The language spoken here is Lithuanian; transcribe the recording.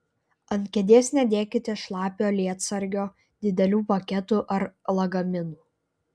ant kėdės nedėkite šlapio lietsargio didelių paketų ar lagaminų